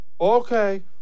Okay